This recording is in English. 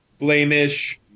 blamish